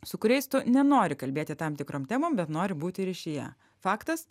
su kuriais tu nenori kalbėti tam tikrom temom bet nori būti ryšyje faktas